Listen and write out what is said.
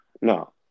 No